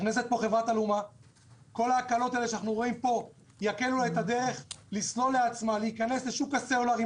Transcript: כל ההקלות שאנחנו רואים פה יקלו על חברת "אלומה" להיכנס לשוק הסלולר.